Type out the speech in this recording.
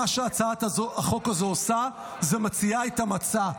מה שהצעת החוק הזאת עושה זה מציעה את המצע.